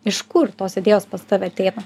iš kur tos idėjos pas tave ateina